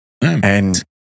And-